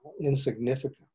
insignificant